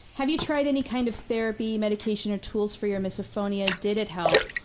have you tried any kind of therapy, medication or tools for your misophonia? did it help?